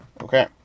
Okay